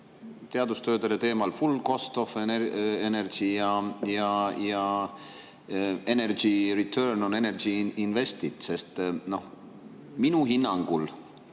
teadustöödele teemalfull cost of energyjaenergy return on energy invested. Sest minu hinnangul